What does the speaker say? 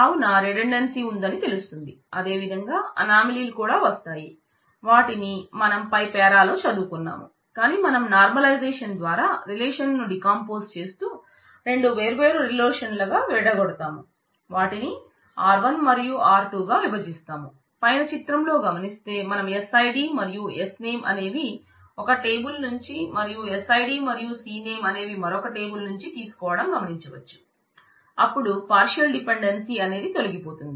కావున రిడండెన్సీ ని కలిగి ఉంది